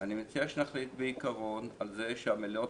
אני מציע שנחליט בעיקרון על כך שהמליאות